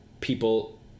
people